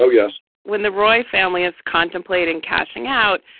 so yes when the roy family is contemplating cashing out,